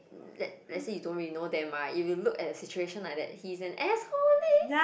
let's let's say you don't really know them right if you look at the situation like that he's an asshole leh